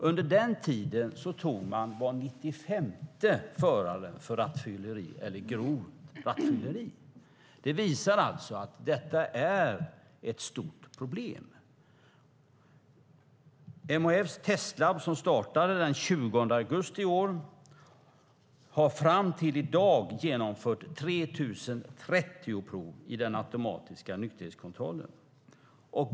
Under den tiden tog man var 95:e förare för rattfylleri eller grovt rattfylleri. Det visar alltså att detta är ett stort problem. MHF:s testlab, som startade den 20 augusti i år, har fram till i dag genomfört 3 030 prov i den automatiska nykterhetskontrollen.